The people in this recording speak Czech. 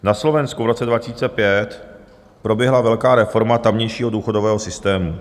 Na Slovensku v roce 2005 proběhla velká reforma tamějšího důchodového systému.